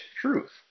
truth